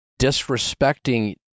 disrespecting